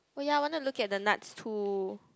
oh ya I wanted to look at the nuts too